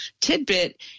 tidbit